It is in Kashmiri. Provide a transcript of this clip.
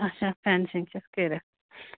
اچھا فٮ۪نسِنٛگ چھَس کٔرِتھ